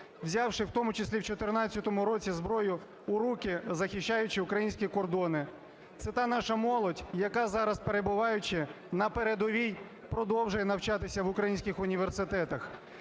взявши, в тому числі, в 14-у році зброю в руки, захищаючи українські кордони, це та наша молодь, яка зараз, перебуваючи на передовій, продовжує навчатися в українських університетах,